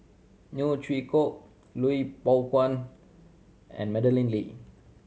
Neo Chwee Kok Lui Pao and Madeleine Lee